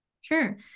Sure